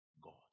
God